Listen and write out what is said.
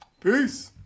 peace